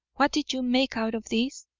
what did you make out of this?